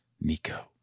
Nico